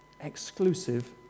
exclusive